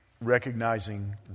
recognizing